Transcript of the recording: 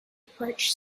approach